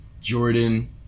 Jordan